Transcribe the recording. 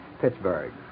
Pittsburgh